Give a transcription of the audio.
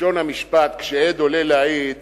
בלשון המשפט, כשעד עולה להעיד